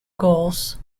goals